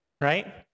right